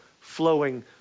flowing